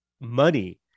money